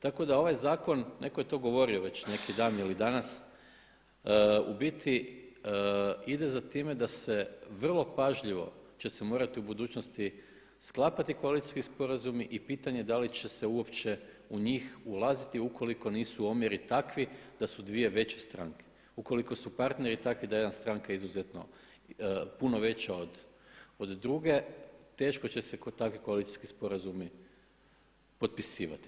Tako da ovaj zakon, neko je to govorio već neki dan ili danas, u biti ide za time da se vrlo pažljivo će se morati u budućnosti sklapati koalicijski sporazumi i pitanje da li će se uopće u njih ulaziti ukoliko nisu omjeri takvi da su dvije veće stranke, ukoliko su partneri takvi da jedna stranka izuzetno puno veća od druge teško će se takvi koalicijski sporazumi potpisivati.